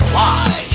Fly